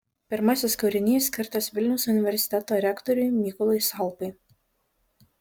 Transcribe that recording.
pirmasis kūrinys skirtas vilniaus universiteto rektoriui mykolui salpai